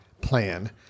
plan